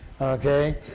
Okay